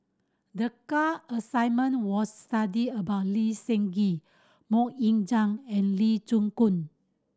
the assignment was to study about Lee Seng Gee Mok Ying Zang and Lee Koon